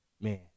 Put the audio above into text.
Man